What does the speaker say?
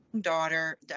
daughter